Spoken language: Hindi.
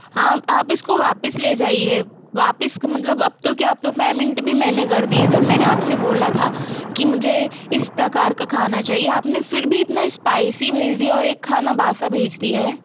हाँ आप इसको वापस ले जाइए वापिस मतलब अब तो क्या अब तो पैमेंट भी मैंने कर दी है जब मैंने आपसे बोला था कि मुझे इस प्रकार का खाना चाहिए आपने फिर भी इतना इस्पाइसी भेज दिया और एक खाना बासा भेज दिया है